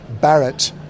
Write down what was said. Barrett